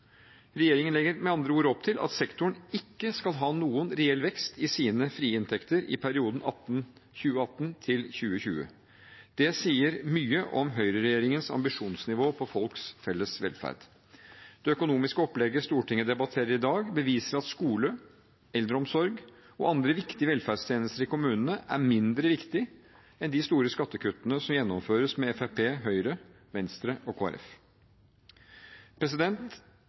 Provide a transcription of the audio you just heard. Regjeringen legger med andre ord opp til at sektoren ikke skal ha noen reell vekst i sine frie inntekter i perioden 2018–2020. Det sier mye om høyreregjeringens ambisjonsnivå for folks felles velferd. Det økonomiske opplegget Stortinget debatterer i dag, beviser at skole, eldreomsorg og andre viktige velferdstjenester i kommunene er mindre viktig enn de store skattekuttene som gjennomføres med Fremskrittspartiet, Høyre, Venstre og